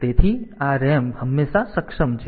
તેથી આ RAM હંમેશા સક્ષમ છે